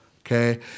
Okay